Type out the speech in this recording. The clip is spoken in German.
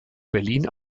berlin